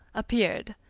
appeared.